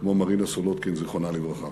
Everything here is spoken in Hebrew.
כמו מרינה סולודקין, זיכרונה לברכה.